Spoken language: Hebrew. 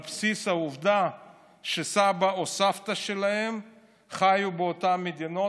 על בסיס העובדה שסבא או סבתא שלהם חיו באותן מדינות,